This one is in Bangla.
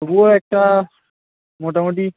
তবুও একটা মোটামুটি